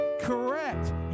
Correct